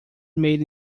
made